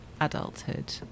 adulthood